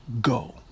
go